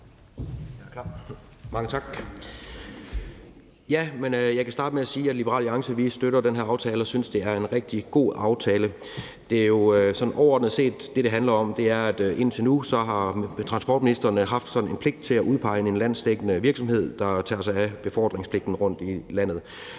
Meilvang (LA): Mange tak. Jeg kan starte med sige, at Liberal Alliance støtter den her aftale og synes, at det er en rigtig god aftale. Det, som det overordnet set handler om, er, at indtil nu har transportministeren haft en pligt til at udpege en landsdækkende virksomhed, der tager sig af befordringspligten rundt i landet.